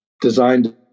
designed